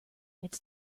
it’s